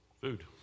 Food